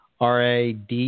RAD